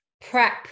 prep